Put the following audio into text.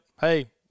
Hey